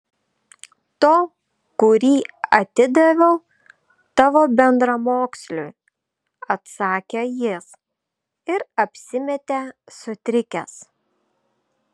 to kurį atidaviau tavo bendramoksliui atsakė jis ir apsimetė sutrikęs